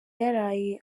yaraye